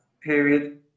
period